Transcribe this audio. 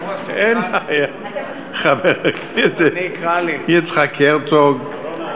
מחברי חבר הכנסת בוז'י הרצוג לומר כמה מילים על ידידנו המשותף,